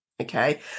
Okay